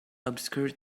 obscure